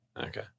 okay